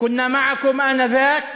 יקירינו הירושלמים,